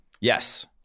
Yes